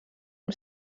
amb